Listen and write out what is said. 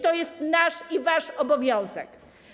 To jest nasz i wasz obowiązek.